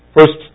First